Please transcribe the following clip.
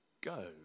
go